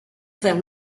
vers